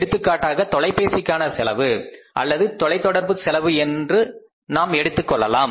எடுத்துக்காட்டாக தொலைபேசிக்கான செலவு அல்லது தொலைத்தொடர்பு செலவு என்பதை எடுத்துக் கொள்ளலாம்